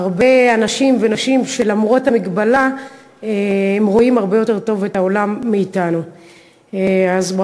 והרבה אנשים ונשים שלמרות המגבלה רואים את העולם הרבה יותר טוב מאתנו.